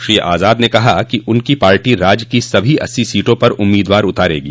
श्री आज़ाद ने कहा कि उनकी पार्टी राज्य की सभी अस्सी सीटों पर उम्मीदवार उतारेगी